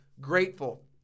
grateful